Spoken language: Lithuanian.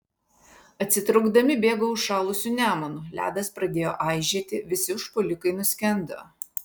atsitraukdami bėgo užšalusiu nemunu ledas pradėjo aižėti visi užpuolikai nuskendo